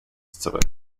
zurück